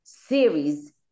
series